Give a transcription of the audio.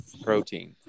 protein